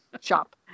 shop